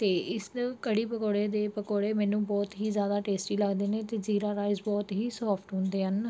ਅਤੇ ਇਸ ਕੜੀ ਪਕੌੜੇ ਦੇ ਪਕੌੜੇ ਮੈਨੂੰ ਬਹੁਤ ਹੀ ਜ਼ਿਆਦਾ ਟੇਸਟੀ ਲੱਗਦੇ ਨੇ ਅਤੇ ਜੀਰਾ ਰਾਈਜ਼ ਬਹੁਤ ਹੀ ਸੋਫਟ ਹੁੰਦੇ ਹਨ